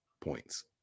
points